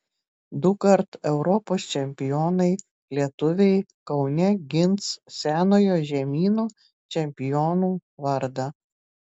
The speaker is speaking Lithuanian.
dukart europos čempionai lietuviai kaune gins senojo žemyno čempionų vardą